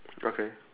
okay